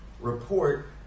report